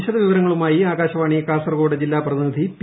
വിശദവിവരങ്ങളുമായി ആകാശവാണി കാസർകോഡ് ജില്ലാ പ്രതിനിധി പി